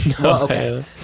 Okay